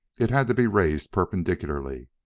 it had to be raised perpendicularly.